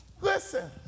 Listen